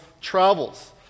travels